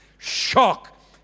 Shock